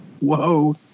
Whoa